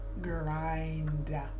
grind